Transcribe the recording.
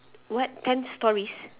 what tell stories